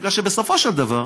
כי בסופו של דבר,